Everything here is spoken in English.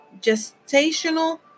gestational